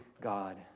God